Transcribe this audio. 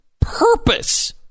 purpose